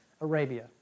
Arabia